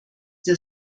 der